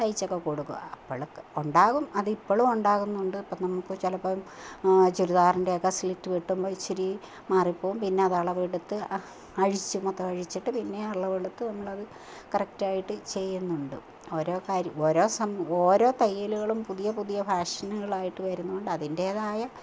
തയ്ച്ചൊക്കെ കൊടുക്കും അപ്പോൾ ഉണ്ടാകും അതിപ്പോഴും ഉണ്ടാകുന്നുണ്ട് ഇപ്പം നമുക്ക് ചിലപ്പം ചുരിദാറിന്റെ ഒക്കെ സ്ലിറ്റ് വെട്ടുമ്പം ഇച്ചിരി മാറി പോകും പിന്നെ അളവെടുത്ത് അഴിച്ചു മൊത്തം അഴിച്ച് എന്നിട്ട് പിന്നെയും അളവെടുത്ത് അതു കറക്റ്റായിട്ട് ചെയ്യുന്നുണ്ട് ഓരോ കാര്യം ഓരോ സമയം ഓരോ തയ്യലുകളും പുതിയ പുതിയ ഫാഷനുകളായിട്ട് വരുന്നുണ്ട് അതിന്റേതായ